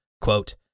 quote